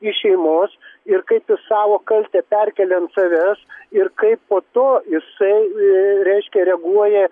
iš šeimos ir kaip jis savo kaltę perkelia ant savęs ir kaip po to jisai reiškia reaguoja